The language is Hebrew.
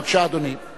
אדוני השר.